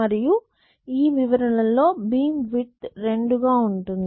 మరియు ఈ వివరణ లో బీమ్ విడ్త్ రెండుగా ఉంటుంది